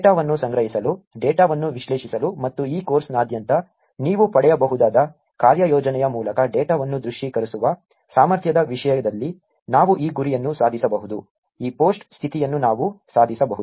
ಡೇಟಾವನ್ನು ಸಂಗ್ರಹಿಸಲು ಡೇಟಾವನ್ನು ವಿಶ್ಲೇಷಿಸಲು ಮತ್ತು ಈ ಕೋರ್ಸ್ನಾದ್ಯಂತ ನೀವು ಪಡೆಯಬಹುದಾದ ಕಾರ್ಯಯೋಜನೆಯ ಮೂಲಕ ಡೇಟಾವನ್ನು ದೃಶ್ಯೀಕರಿಸುವ ಸಾಮರ್ಥ್ಯದ ವಿಷಯದಲ್ಲಿ ನಾವು ಈ ಗುರಿಯನ್ನು ಸಾಧಿಸಬಹುದು ಈ ಪೋಸ್ಟ್ ಸ್ಥಿತಿಯನ್ನು ನಾವು ಸಾಧಿಸಬಹುದು